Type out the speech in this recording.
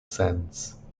sense